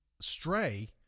stray